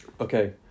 Okay